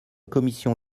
commission